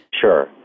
Sure